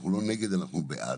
אנחנו לא נגד, אנחנו בעד.